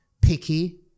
picky